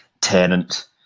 Tenant